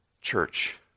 church